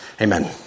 Amen